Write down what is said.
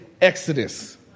exodus